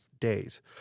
days